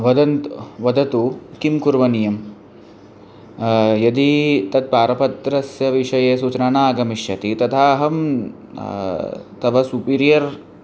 वदन्तु वदतु किं कुर्वनीयं यदी तत् पारपत्रस्य विषये सूचना आगमिष्यति तदा अहं तव सुपिरियर्